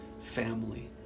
family